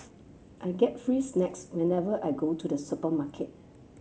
I get free snacks whenever I go to the supermarket